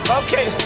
okay